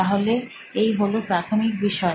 তাহলে এই হলো প্রাথমিক বিষয়